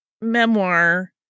memoir